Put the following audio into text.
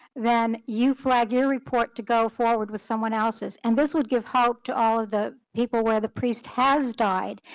then you flagged your report to go forward with someone else's. and this would give hope to all of the people where the priest has died.